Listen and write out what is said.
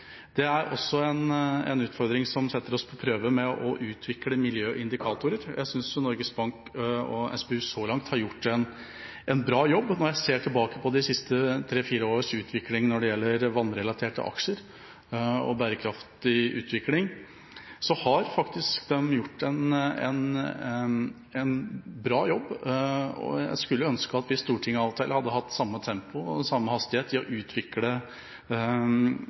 Miljøkriterier har også vært nevnt i debatten så langt. Det er en utfordring som setter oss på prøve for å utvikle miljøindikatorer. Jeg synes Norges Bank og SPU så langt har gjort en bra jobb når jeg ser tilbake på de siste tre–fire års utvikling når det gjelder vannrelaterte aksjer og bærekraftig utvikling. Der har de faktisk gjort en bra jobb, og jeg skulle ønske Stortinget av og til hadde hatt samme tempo når det gjelder å utvikle